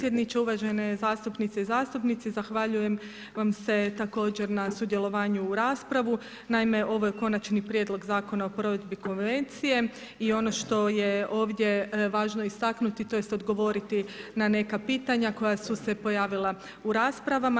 predsjedniče, uvažene zastupnice i zastupnici, zahvaljujem vam se također na sudjelovanju u raspravi, naime ovo je Konačni prijedlog zakona o provedbi Konvencije i ono što je ovdje istaknuti, tj. odgovoriti na neka pitanja koja su se pojavila u raspravama.